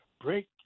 break